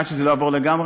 עד שזה לא יעבור לגמרי,